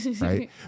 right